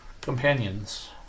companions